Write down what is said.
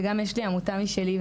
וגם יש לי עמותה משלי,